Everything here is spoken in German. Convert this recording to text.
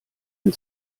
ein